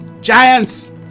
giants